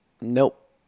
Nope